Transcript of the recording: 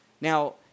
Now